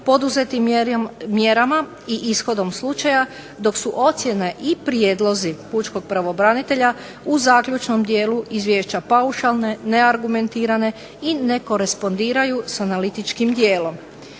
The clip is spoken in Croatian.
poduzetim mjerama i ishodom slučaja dok su ocjene i prijedlozi Pučkog pravobranitelja u zaključnom tijelu izvješća paušalne, neargumentirane i ne korespondiraju s analitičkim dijelom.